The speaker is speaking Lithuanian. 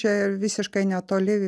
čia ir visiškai netoli